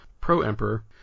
pro-emperor